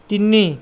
ତିନି